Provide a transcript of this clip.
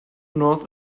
north